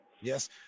Yes